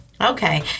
Okay